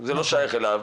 זה לא שייך אליו.